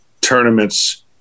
tournaments